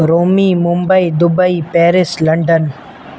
Romi Mumbai Dubai Paris London